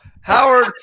Howard